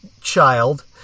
child